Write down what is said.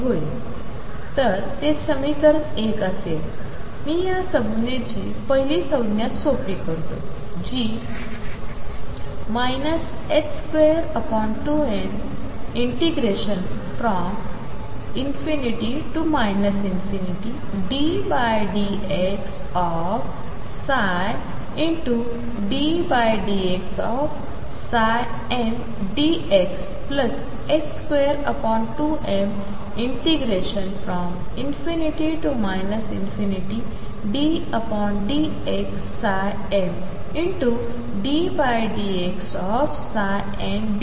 असेल मी या संज्ञेची पहिली संज्ञा सोपी करतो जी 22m ∞ddxψmdndxdx22m ∞dmdxdndxdx